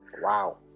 Wow